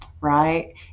right